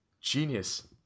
Genius